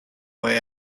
way